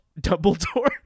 Dumbledore